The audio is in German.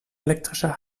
elektrischer